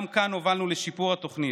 גם כאן הובלנו לשיפור התוכנית.